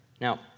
Now